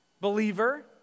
believer